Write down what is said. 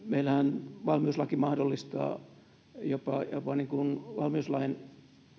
meillähän valmiuslaki mahdollistaa jopa jopa valmiuslain